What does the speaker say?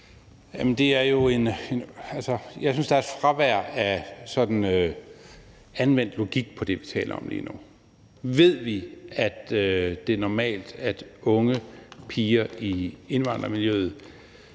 Jeg synes, der er et fravær af anvendt logik på det, vi taler om lige nu. Ved vi, at det er normalt, at unge piger i indvandrermiljøet